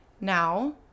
now